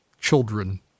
children